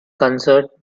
concert